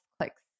clicks